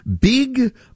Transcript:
big